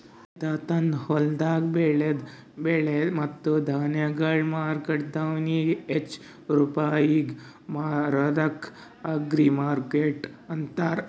ರೈತ ತಂದು ಹೊಲ್ದಾಗ್ ಬೆಳದ ಬೆಳೆ ಮತ್ತ ಧಾನ್ಯಗೊಳ್ ಮಾರ್ಕೆಟ್ದವನಿಗ್ ಹಚ್ಚಾ ರೂಪಾಯಿಗ್ ಮಾರದ್ಕ ಅಗ್ರಿಮಾರ್ಕೆಟ್ ಅಂತಾರ